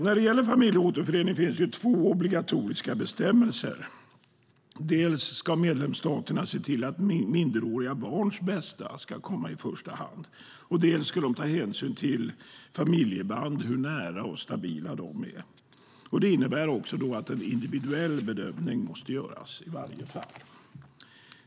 När det gäller familjeåterförening finns det två obligatoriska bestämmelser: dels ska medlemsstaterna se till att minderåriga barns bästa ska komma i första hand, dels ska de ta hänsyn till familjeband, hur nära och stabila de är. Det innebär att en individuell bedömning måste göras i varje fall.